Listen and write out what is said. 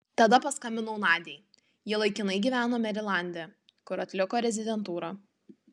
tada paskambinau nadiai ji laikinai gyveno merilande kur atliko rezidentūrą